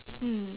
mm